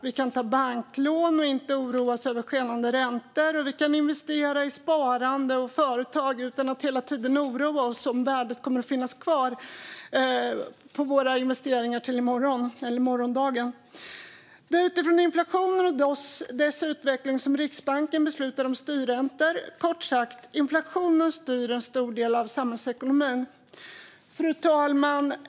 Vi kan ta banklån och inte behöva oroa oss över skenande räntor, och vi kan investera i sparande och företag utan att hela tiden behöva oroa oss över om värdet på våra investeringar kommer att finnas kvar till morgondagen. Det är utifrån inflationen och dess utveckling som Riksbanken beslutar om styrräntor. Kort sagt: Inflationen styr en stor del av samhällsekonomin. Fru talman!